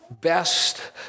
best